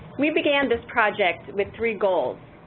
we began this project with three goals.